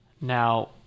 now